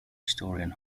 historian